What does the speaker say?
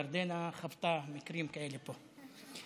ירדנה חוותה מקרים כאלה פה.